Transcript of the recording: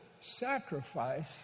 sacrifice